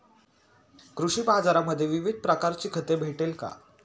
कृषी बाजारांमध्ये विविध प्रकारची खते भेटेल का?